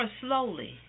slowly